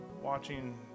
watching